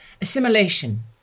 assimilation